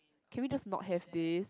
can we just not have this